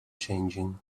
changing